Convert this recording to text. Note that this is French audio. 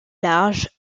large